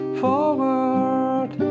forward